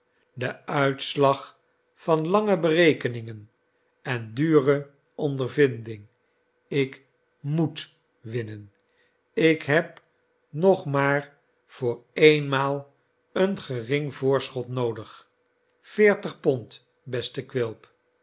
de uitslag van lange berekeningen en dure ondervinding ik moet winnen ik heb nog maar voor eenmaal een gering voorschot noodig veertig pond beste quilp